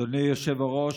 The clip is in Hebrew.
אדוני היושב-ראש,